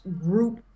group